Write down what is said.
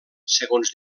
segons